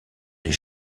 les